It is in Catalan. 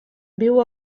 viu